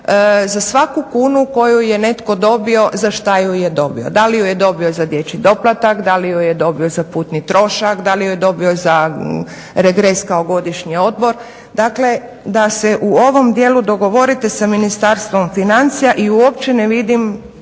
za svaku kunu koju je netko dobio za šta ju je dobio, da li ju je dobio za dječji doplatak, da li ju je dobio za putni trošak, da li ju je dobio za regres kao godišnji odbor, dakle da se u ovom dijelu dogovorite s Ministarstvom financija i uopće ne vidim